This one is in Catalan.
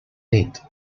nit